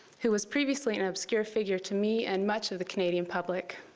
who was previously an obscure figure to me and much of the canadian public.